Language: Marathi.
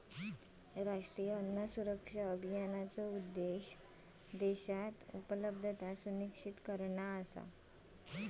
राष्ट्रीय अन्न सुरक्षा अभियानाचो उद्देश्य देशात खयानची उपलब्धता सुनिश्चित करणा